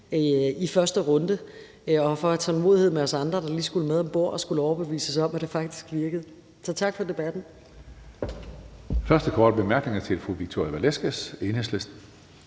for, at I har haft tålmodighed med os andre, der lige skulle med om bord og skulle overbevises om, at det faktisk virkede. Tak for debatten.